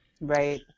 right